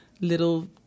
little